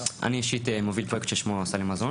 אני אישית מוביל פרויקט ששמו 'סלי מזון',